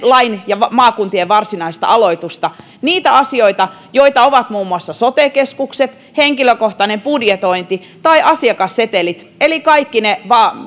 maakuntien varsinaista aloitusta niitä asioita joita ovat muun muassa sote keskukset henkilökohtainen budjetointi ja asiakassetelit eli kaikki ne